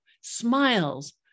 smiles